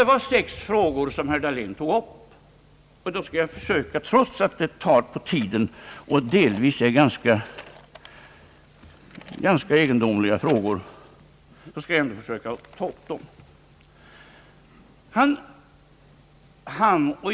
Det var sex frågor som herr Dahlén framställde, och dem skall jag — trots att det tar tid och trots att det delvis var ganska egendomliga frågor — försöka svara på.